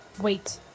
Wait